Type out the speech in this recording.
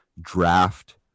draft